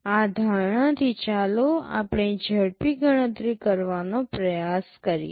આ ધારણાથી ચાલો આપણે ઝડપી ગણતરી કરવાનો પ્રયાસ કરીએ